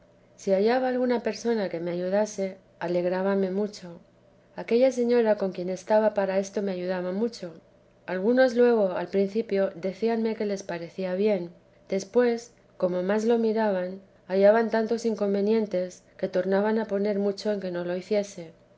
si hallaba alguna persona que me ayudase alegrábame mucho aquella señora con quien estaba para esto me ayudaba mucho algunos luego al principio decíanme que les parecía bien después como más lo miraban hallaban tantos inconvenientes que tornaban a poner mucho en que no lo hiciese